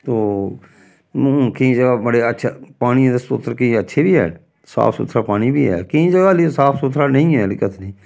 तो हून केईं ज'गा बड़े अच्छे पानियै दे स्रोत केईं अच्छे बी हैन साफ सुथरा पानी बी है केईं ज'गा हल्ली साफ सुथरा नेईं ऐ केह् आखदे नी